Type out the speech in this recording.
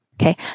okay